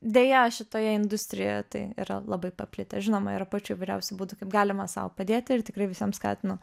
deja šitoje industrijoje tai yra labai paplitę žinoma yra pačių įvairiausių būdų kaip galima sau padėti ir tikrai visiems skatinu